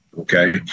Okay